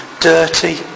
dirty